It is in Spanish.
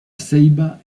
ceiba